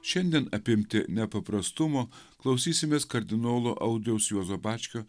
šiandien apimti nepaprastumo klausysimės kardinolo audriaus juozo bačkio